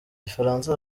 gifaransa